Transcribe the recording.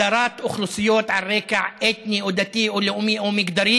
הדרת אוכלוסיות על רקע אתני או דתי או לאומי או מגדרי